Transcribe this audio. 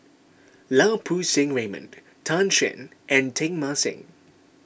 Lau Poo Seng Raymond Tan Shen and Teng Mah Seng